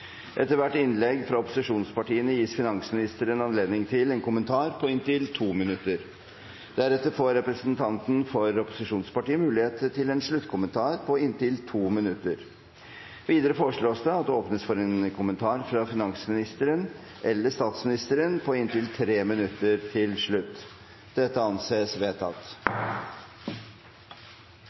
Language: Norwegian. Etter hvert innlegg fra opposisjonspartiene gis finansministeren anledning til en kommentar på inntil 2 minutter. Deretter får representantene for opposisjonspartiene mulighet til en sluttkommentar på inntil 2 minutter. Videre foreslås det at det åpnes for en kommentar fra finansministeren eller statsministeren på inntil 3 minutter til slutt. – Dette anses vedtatt.